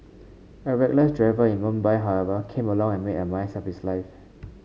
a reckless driver in Mumbai however came along and made a mess of his life